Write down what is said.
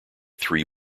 three